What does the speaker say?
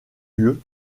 lieu